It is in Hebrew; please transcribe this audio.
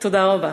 תודה רבה.